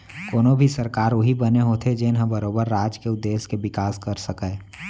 कोनो भी सरकार उही बने होथे जेनहा बरोबर राज के अउ देस के बिकास कर सकय